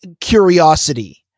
curiosity